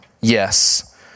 yes